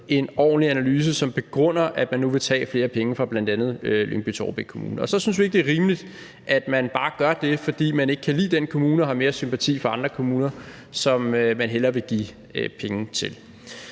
en ordentlig analyse, som begrunder, at man nu vil tage flere penge fra bl.a. Lyngby-Taarbæk Kommune, og så synes vi ikke, det er rimeligt, at man bare gør det, fordi man ikke kan lide den kommune og har mere sympati for andre kommuner, som man hellere vil give penge til.